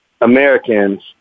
Americans